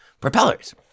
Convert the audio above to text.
propellers